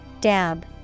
Dab